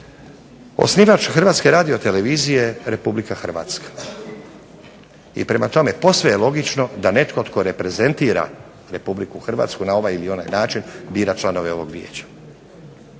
Osnivač Hrvatske radiotelevizije je Republika Hrvatska, i prema tome posve je logično da netko tko reprezentira Republiku Hrvatsku na ovaj ili onaj način bira članove ovog vijeća.